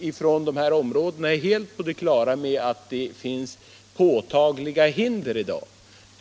— Vi från de här områdena är helt på det klara med att det I finns påtagliga hinder i dag.